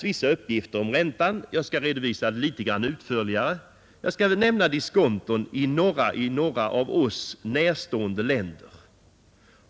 Vissa uppgifter om räntorna har lämnats här, och jag skall något utförligare redogöra för diskontot i några Sverige närstående länder.